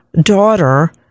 daughter